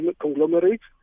conglomerates